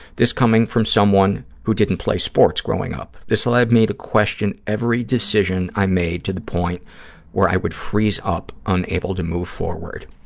this coming from someone who didn't play sports growing up. this led me to question every decision i made to the point where i would freeze up, unable to move forward.